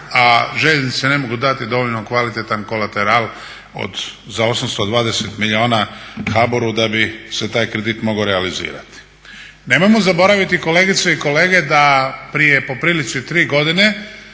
a željeznice ne mogu dati dovoljno kvalitetan kolateral za 820 milijuna HBOR-u da bi se taj kredit mogao realizirati. Nemojmo zaboraviti kolegice i kolege da prije po prilici tri godine